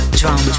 drum